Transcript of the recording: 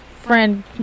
friend